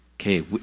okay